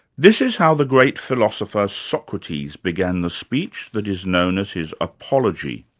this is how the great philosopher socrates began the speech that is known as his apology.